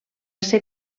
ser